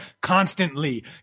constantly